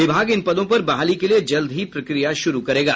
विभाग इन पदों पर बहाली के लिए जल्द ही प्रक्रिया शुरू करेगा